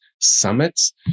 summits